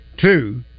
two